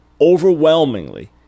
overwhelmingly